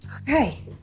Okay